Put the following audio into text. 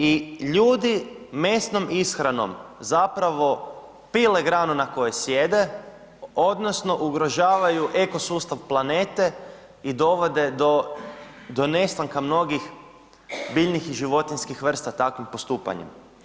I ljudi mesnom ishranom zapravo pile granu na kojoj sjede odnosno ugrožavaju eko sustav planete i dovode do nestanka mnogih biljnih i životinjskih vrsta takvim postupanjem.